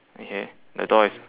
okay the door is